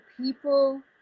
people